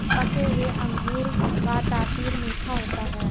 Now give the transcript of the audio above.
पके हुए अंगूर का तासीर मीठा होता है